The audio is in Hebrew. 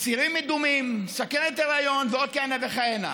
צירים מדומים, סוכרת היריון ועוד כהנה וכהנה.